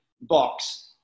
box